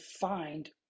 find